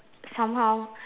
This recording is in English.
somehow